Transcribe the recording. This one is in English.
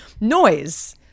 noise